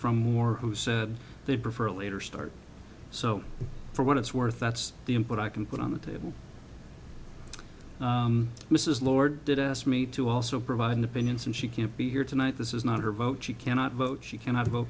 from more who said they'd prefer a later start so for what it's worth that's the input i can put on the table mrs lord did ask me to also provide independence and she can't be here tonight this is not her vote she cannot vote she cannot